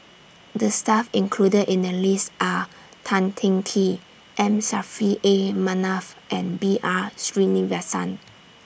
The Staff included in The list Are Tan Teng Kee M Saffri A Manaf and B R Sreenivasan